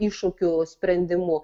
iššūkių sprendimu